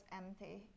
empty